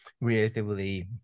relatively